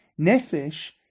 Nefesh